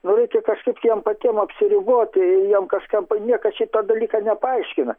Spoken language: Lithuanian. nu reikia kažkaip tai jiem patiem apsiribot jiem kažkam niekas šito dalyko nepaaiškina